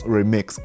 Remix 》